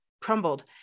crumbled